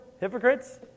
Hypocrites